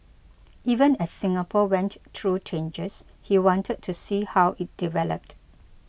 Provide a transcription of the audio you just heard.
even as Singapore went through changes he wanted to see how it developed